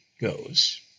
goes